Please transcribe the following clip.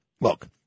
look